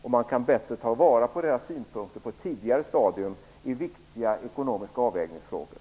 Då kan man bättre ta till vara deras synpunkter på ett tidigare stadium när det gäller viktiga ekonomiska avvägningsfrågor.